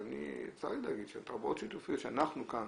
אז צר לי להגיד שתחבורות שיתופיות, שאנחנו כאן